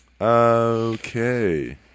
okay